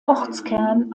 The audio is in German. ortskern